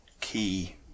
key